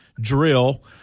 drill